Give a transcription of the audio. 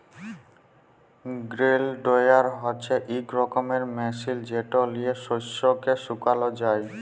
grain dryer হছে ইক রকমের মেশিল যেট লিঁয়ে শস্যকে শুকাল যায়